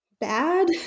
bad